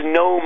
no